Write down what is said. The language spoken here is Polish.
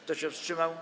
Kto się wstrzymał?